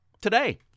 today